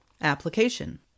application